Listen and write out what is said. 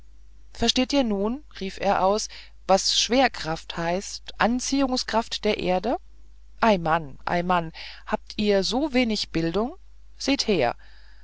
versteht ihr nun rief er aus was schwerkraft heißt anziehungskraft der erde ei mann ei mann habt ihr so wenig bildung seht her